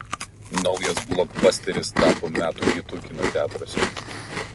naujas blokbasteris tapo metų hitu kino teatruose